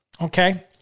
Okay